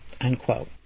unquote